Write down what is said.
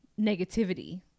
negativity